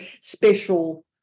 special